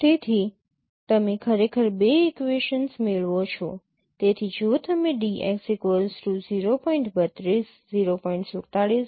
તેથી તમે ખરેખર બે ઇક્વેશનસ મેળવો છો તેથી જો તમે dx 0